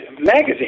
magazine